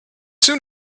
soon